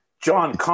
John